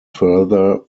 further